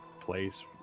place